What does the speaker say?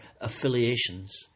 affiliations